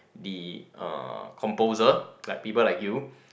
the uh composer like people like you